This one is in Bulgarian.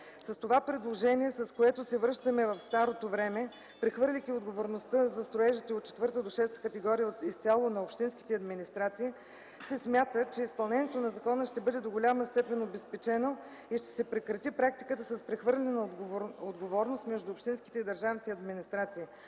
С това предложение, с което се връщаме в старото време, прехвърляйки отговорността за строежите от четвърта до шеста категория изцяло на общинските администрации, се смята, че изпълнението на закона ще бъде обезпечено до голяма степен и ще се прекрати практиката с прехвърляне на отговорност между общинските и държавните администрации.